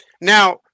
Now